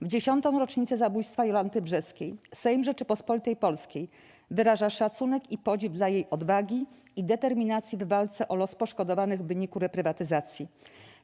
W 10. rocznicę zabójstwa Jolanty Brzeskiej Sejm Rzeczypospolitej Polskiej wyraża szacunek i podziw dla jej odwagi i determinacji w walce o los poszkodowanych w wyniku reprywatyzacji.